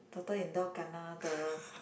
the daughter in law kena the